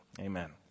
Amen